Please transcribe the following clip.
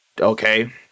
okay